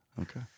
Okay